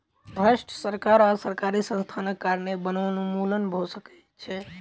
भ्रष्ट सरकार आ सरकारी संस्थानक कारणें वनोन्मूलन भ सकै छै